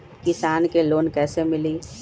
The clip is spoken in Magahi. किसान के लोन कैसे मिली?